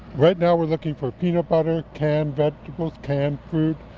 right now we're looking for peanut butter, canned vegetables, canned fruit,